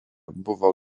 buvo